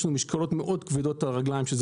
יש לנו משקולות מאוד כבדות על הרגלים שזו